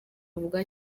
wavuga